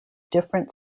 different